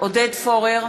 עודד פורר,